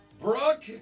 Brooke